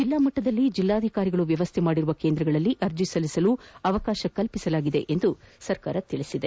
ಜಿಲ್ಲಾ ಮಟ್ಟದಲ್ಲಿ ಜಿಲ್ಲಾಧಿಕಾರಿಗಳು ವ್ಯವಸ್ಥೆ ಮಾಡಿರುವ ಕೇಂದ್ರಗಳಲ್ಲಿ ಅರ್ಜಿ ಸಲ್ಲಿಸಲು ಅವಕಾಶವಿದೆ ಎಂದು ತಿಳಿಸಲಾಗಿದೆ